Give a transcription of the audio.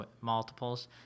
multiples